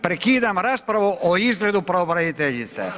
Prekidam raspravu o izgledu pravobraniteljice.